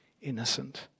Innocent